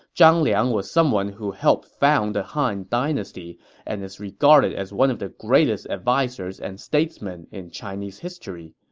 zhang liang was someone who helped found the han dynasty and is regarded as one of the greatest advisers and statesmen in chinese history.